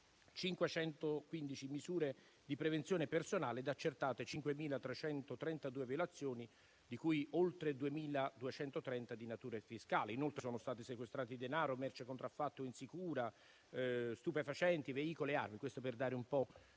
515 misure di prevenzione personale ed accertate 5.332 violazioni, di cui oltre 2.230 di natura fiscale. Inoltre, sono stati sequestrati denaro, merce contraffatta o insicura, stupefacenti, veicoli e armi. Questo per dare il